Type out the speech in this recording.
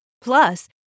Plus